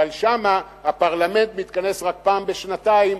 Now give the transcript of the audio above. אבל שם הפרלמנט מתכנס רק פעם בשנתיים,